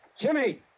Jimmy